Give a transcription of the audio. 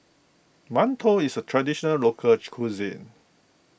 Mantou is a traditional local cuisine